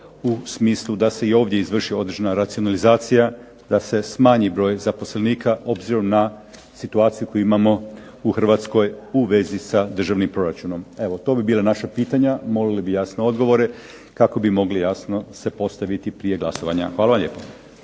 u smislu da se ovdje izvrši određena racionalizacija, da se smanji broj zaposlenika, obzirom na situaciju koju imamo u Hrvatskoj u vezi s Državnim proračunom. Evo, to bi bila naša pitanja, molili bi jasno odgovore kako bi mogli jasno se postaviti prije glasovanja. Hvala lijepo.